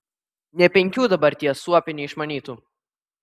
nė penkių dabar tie suopiai neišmanytų